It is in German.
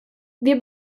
wir